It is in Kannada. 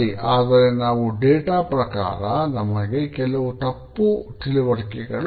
ಆದರೆ ನಾವು ಡೇಟಾ ಪ್ರಕಾರ ನಮಗೆ ಕೆಲವು ತಪ್ಪು ತಿಳುವಳಿಕೆಗಳು ಇವೆ